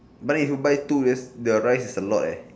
but then if you buy two just the rice is a lot leh